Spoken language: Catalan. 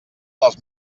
dels